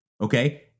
okay